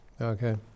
Okay